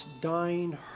dying